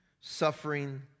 suffering